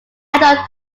adult